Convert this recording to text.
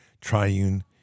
triune